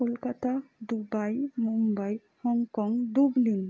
Kolkata Dubai Mumbai Hong Kong Dublin